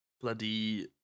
bloody